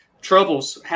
troubles